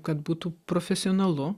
kad būtų profesionalu